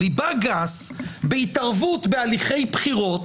ליבה גס בהתערבות בהליכי בחירות,